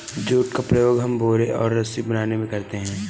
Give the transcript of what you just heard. jute का उपयोग हम बोरा और रस्सी बनाने में करते हैं